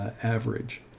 average.